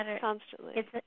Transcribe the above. constantly